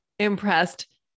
impressed